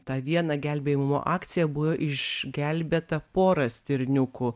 tą vieną gelbėjimo akciją buvo išgelbėta pora stirniukų